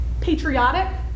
patriotic